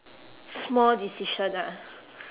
small decision ah